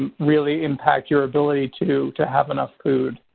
um really impact your ability to to have enough food.